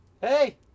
Hey